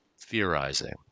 theorizing